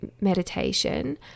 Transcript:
meditation